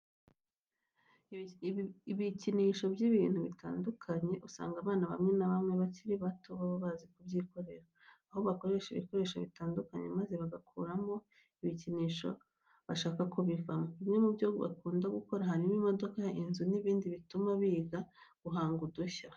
Ibikinisho by'ibintu bitandukanye usanga abana bamwe na bamwe bakiri bato baba bazi kubyikorera. Aho bakoresha ibikoresho bitandukanye maze bagakuramo igikinisho bashaka ko kivamo. Bimwe mu byo bakunda gukora harimo imodoka, inzu n'ibindi bituma biga guhanga udushya.